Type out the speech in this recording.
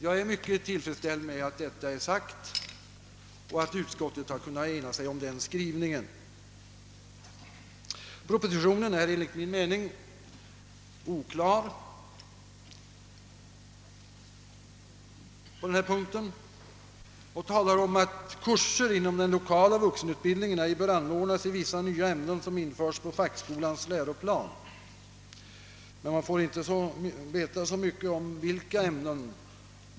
Jag är mycket tillfredsställd över att detta är sagt och att utskottet har kunnat ena sig om den skrivningen. Propositionen är enligt vår mening något oklar på denna punkt och talar om att kurser inom den lokala vuxenutbildningen ej bör anordnas inom vissa ämnen som införts på fackskolans läroplan.